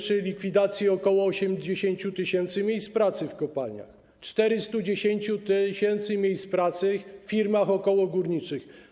Chodzi o likwidację ok. 80 tys. miejsc pracy w kopalniach i 410 tys. miejsc pracy w firmach okołogórniczych.